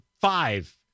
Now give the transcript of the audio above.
five